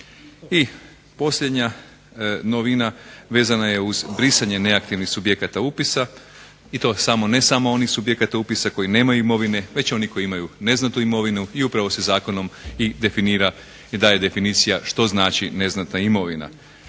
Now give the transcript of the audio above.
I posljednja novina vezana je uz brisanje neaktivnih subjekata upisa i to ne samo onih subjekata upisa koji nemaju imovine već onih koji imaju neznatnu imovinu i upravo se zakonom i definira i daje definicija što znači neznatna imovina.